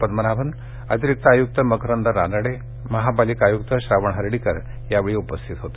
पद्मनाभन अतिरिक्त आयुक्त मकरंद रानडे महापालिका आयुक्त श्रावण हर्डीकर यावेळी उपस्थित होते